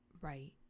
right